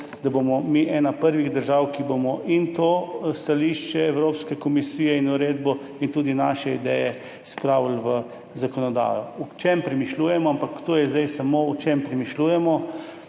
da bomo mi ena prvih držav, ki bomo in to stališče Evropske komisije in uredbo in tudi svoje ideje spravili v zakonodajo. O čem premišljujemo? Ampak to je zdaj samo, o čem premišljujemo.